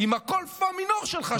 עם הקול פה מינור שלך,